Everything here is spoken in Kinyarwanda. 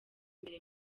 imbere